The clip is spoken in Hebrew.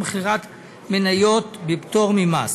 ומכירת מניות בפטור ממס.